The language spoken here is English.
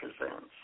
presents